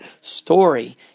story